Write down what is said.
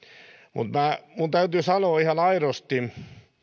mutta täytyy sanoa ihan aidosti